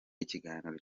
ikiganiro